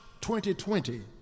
2020